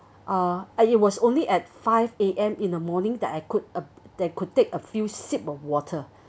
ah and it was only at five A_M in the morning that I could uh that I could take a few sip of water